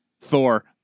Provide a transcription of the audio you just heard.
Thor